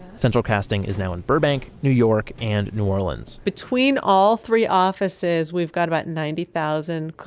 central casting is now in burbank, new york and new orleans between all three offices we've got about ninety thousand,